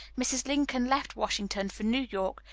mrs. lincoln left washington for new york,